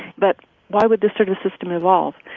but why would this sort of system evolve?